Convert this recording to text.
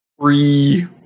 free